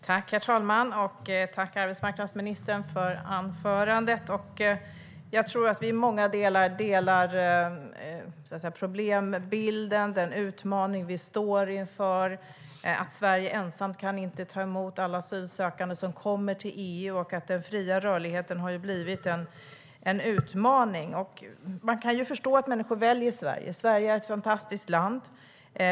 Herr talman! Tack, arbetsmarknadsministern, för anförandet! Jag tror att vi delar problembilden och den utmaning vi står inför. Sverige kan inte ensamt ta emot alla asylsökande som kommer till EU. Den fria rörligheten har ju blivit en utmaning. Man kan förstå att människor väljer att komma till Sverige. Sverige är ett fantastiskt land.